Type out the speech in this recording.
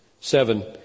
Seven